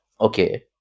Okay